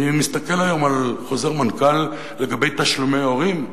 אני מסתכל היום על חוזר מנכ"ל לגבי תשלומי הורים,